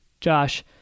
Josh